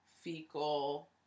fecal